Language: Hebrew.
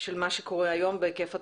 של מה שקורה היום בהיקף התופעה,